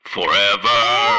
Forever